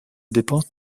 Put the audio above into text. dépenses